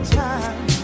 time